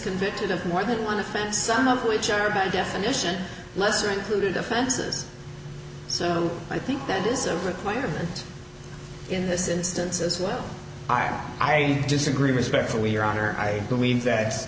convicted of more than one offense some of which are by definition lesser included offenses so i think that is a requirement in this instance as well i'm i disagree respectfully your honor i believe that